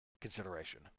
consideration